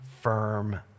firm